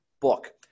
book